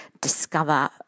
discover